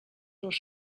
dos